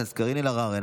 אתה